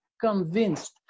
convinced